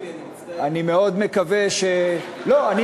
אני מאוד רוצה להגיב, רק לא נותנים לי.